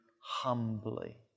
humbly